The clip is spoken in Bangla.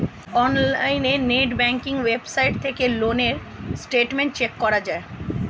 অনলাইনে নেট ব্যাঙ্কিং ওয়েবসাইট থেকে লোন এর স্টেটমেন্ট চেক করা যায়